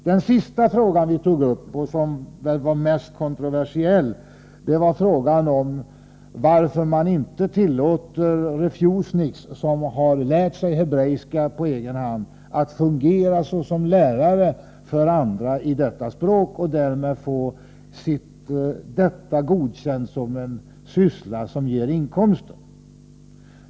Den sista fråga som vi tog upp, och som var den mest kontroversiella, var varför man inte tillät refuseniks som har lärt sig hebreiska på egen hand att fungera som lärare för andra i det språket och därmed få detta godkänt som en syssla som ger inkomster.